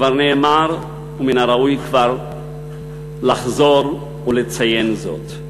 כבר נאמר, ומן הראוי לחזור ולציין זאת: